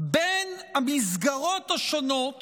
בין המסגרות השונות